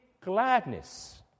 gladness